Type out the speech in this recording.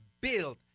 build